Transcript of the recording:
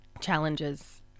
challenges